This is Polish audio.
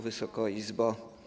Wysoka Izbo!